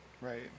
Right